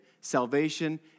Salvation